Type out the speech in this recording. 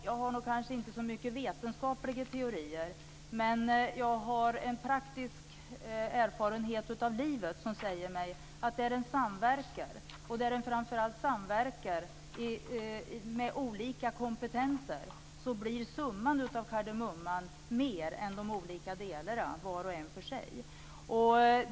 Jag har kanske inte så många vetenskapliga teorier, men jag har en praktisk erfarenhet av livet som säger mig att om man samverkar med olika kompetenser blir summan av kardemumman mer än de olika delarna var och en för sig.